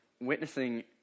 witnessing